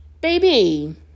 Baby